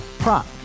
Prop